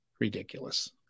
ridiculous